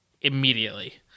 immediately